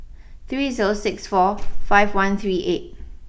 three zero six four five one three eight